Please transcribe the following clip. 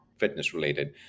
fitness-related